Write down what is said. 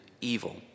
evil